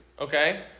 Okay